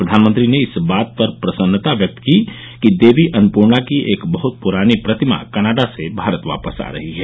प्रधानमंत्री ने इस बात पर प्रसन्नता व्यक्त की कि देवी अन्नपूर्णा की एक बहुत पुरानी प्रतिमा कनाडा से भारत वापस आ रही है